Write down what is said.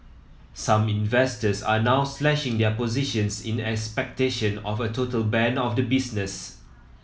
some investors are now slashing their positions in expectation of a total ban of the business